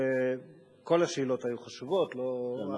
כל השאלות היו חשובות, נכון.